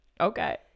okay